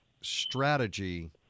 strategy